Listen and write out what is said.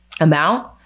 amount